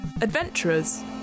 adventurers